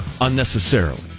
unnecessarily